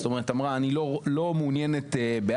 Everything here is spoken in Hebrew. זאת אומרת אמרה: אני לא מעוניינת בעד,